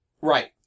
Right